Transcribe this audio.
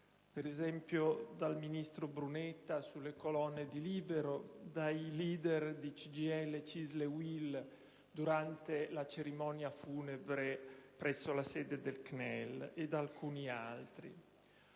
Per esempio dal ministro Brunetta sulle colonne di «Libero», dai *leader* di CGIL-CISL-UIL durante la cerimonia funebre presso la sede del CNEL e da alcuni altri.